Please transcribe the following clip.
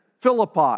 Philippi